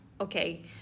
okay